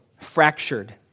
fractured